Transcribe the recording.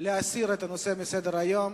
להסיר את הנושא מסדר-היום.